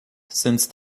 since